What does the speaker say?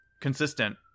consistent